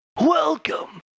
Welcome